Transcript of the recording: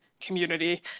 community